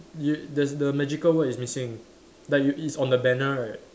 y~ there's the magical word is missing like you it's on the banner right